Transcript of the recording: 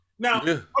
Now